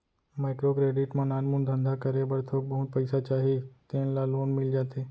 micro credit म नानमुन धंधा करे बर थोक बहुत पइसा चाही तेन ल लोन मिल जाथे